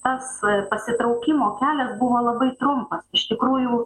pas pasitraukimo kelias buvo labai trumpas iš tikrųjų